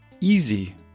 easy